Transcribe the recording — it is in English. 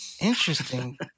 interesting